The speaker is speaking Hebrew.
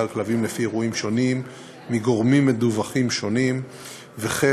על כלבים לפי אירועים שונים מגורמים מדווחים שונים וכן